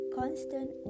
constant